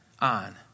on